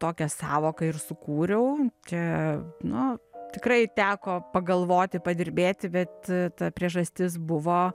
tokią sąvoką ir sukūriau čia nu tikrai teko pagalvoti padirbėti bet ta priežastis buvo